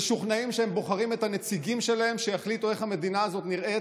ומשוכנעים שהם בוחרים את הנציגים שלהם שיחליטו איך המדינה הזאת נראית,